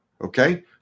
Okay